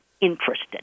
interested